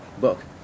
book